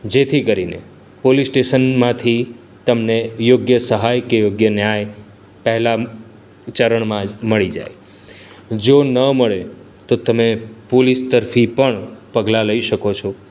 જેથી કરીને પોલીસ સ્ટેશનમાંથી તમને યોગ્ય સહાય કે યોગ્ય ન્યાય પહેલાં ઉચ્ચારણમાં જ મળી જાય જો ન મળે તો તમે પોલીસ તરફી પણ પગલાં લઇ શકો છો